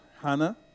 Hannah